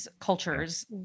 cultures